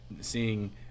seeing